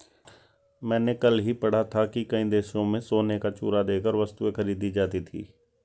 मैंने कल ही पढ़ा था कि कई देशों में सोने का चूरा देकर वस्तुएं खरीदी जाती थी